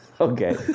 Okay